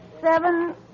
seven